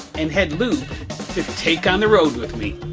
and head lube to take on the road with me.